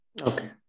Okay